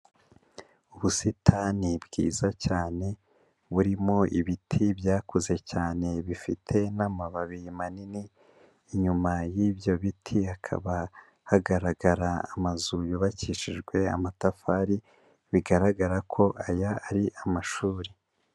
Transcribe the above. Ubusitani bwiza cyane, burimo ibiti byakuze cyane bifite n'amababi manini, inyuma y'ibyo biti hakaba hagaragara amazu yubakishijwe amatafari, bigaragara ko aya ari amashuri.